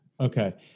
Okay